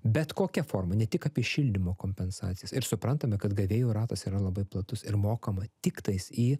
bet kokia forma ne tik apie šildymo kompensacijas ir suprantame kad gavėjų ratas yra labai platus ir mokama tik tais į